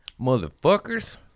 motherfuckers